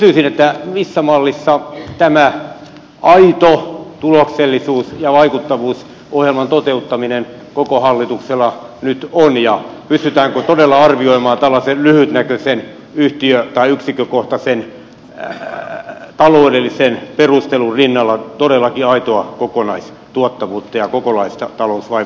missä mallissa tämän aidon tuloksellisuus ja vaikuttavuusohjelman toteuttaminen koko hallituksella nyt on ja pystytäänkö todellakin arvioimaan tällaisen lyhytnäköisen yhtiö tai yksikkökohtaisen taloudellisen perustelun rinnalla aitoa kokonaistuottavuutta ja kokonaista talousvaikuttavuutta